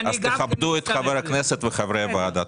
כבדו את חברי הכנסת ואת חברי הוועדה.